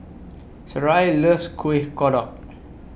Sarai loves Kuih Kodok